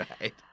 right